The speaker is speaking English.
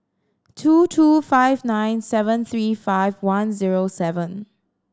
two two five nine seven three five one zero seven